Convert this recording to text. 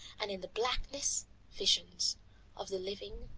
and in the blackness visions of the living,